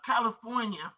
California